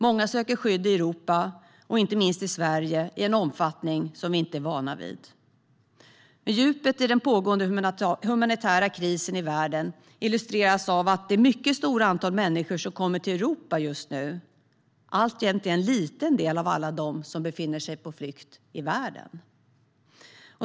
Många söker skydd i Europa, och inte minst i Sverige, i en omfattning som vi inte är vana vid. Djupet i den pågående humanitära krisen i världen illustreras av att det mycket stora antalet människor som just nu kommer till Europa alltjämt är en liten del av alla dem som befinner sig på flykt i världen.